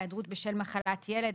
היעדרות בשל מחלת ילד,